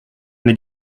n’ai